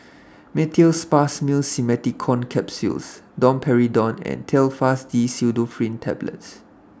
Meteospasmyl Simeticone Capsules Domperidone and Telfast D Pseudoephrine Tablets